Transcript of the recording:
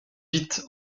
vite